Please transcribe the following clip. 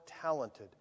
talented